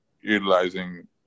utilizing